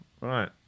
right